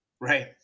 Right